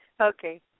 Okay